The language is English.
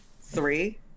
three